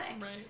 Right